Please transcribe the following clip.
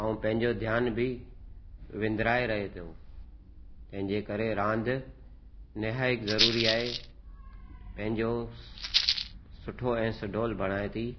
ऐं पंहिंजो ध्यानु बि विंद्राए रहे पियो जंहिंजे करे रांदि ने हाइक ज़रूरी आहे पंहिंजो सुठो ऐं सुडोल बणाएं थी